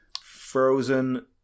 Frozen